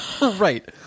Right